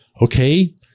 Okay